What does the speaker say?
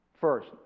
first